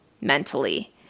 mentally